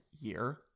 year